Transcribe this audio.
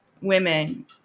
women